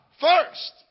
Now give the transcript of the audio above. first